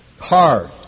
hard